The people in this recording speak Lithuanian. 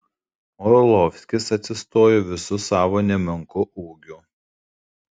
orlovskis atsistojo visu savo nemenku ūgiu